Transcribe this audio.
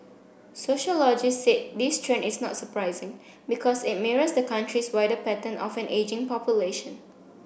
sociologist said this trend is not surprising because it mirrors the country's wider pattern of an ageing population